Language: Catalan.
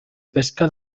pesca